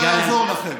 לא יעזור לכם.